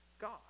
God